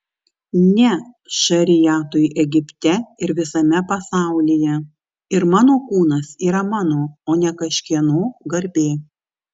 ne šariatui egipte ir visame pasaulyje ir mano kūnas yra mano o ne kažkieno garbė